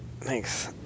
Thanks